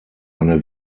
eine